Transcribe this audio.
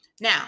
Now